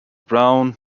brown